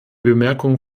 bemerkungen